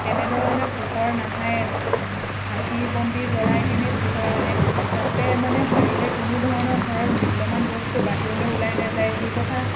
তেনেধৰণে পোহৰ নাহে চাকি বন্তি জ্বলাই কেনেই পোহৰ আনে যাতে মানে সাৰিলে কোনো ধৰণৰ ঘৰৰ মূল্যৱান বস্তু বাহিৰলৈ ওলাই নাযায় সেই কথা